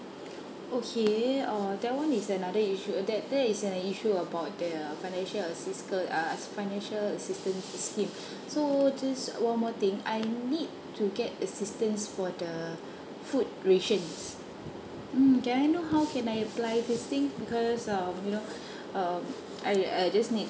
okay uh that one is another issue that that is an issue about the financial assist uh financial assistance scheme so just one more thing I need to get assistance for the food rations mm can I know how can I apply this thing because um you know um I I just need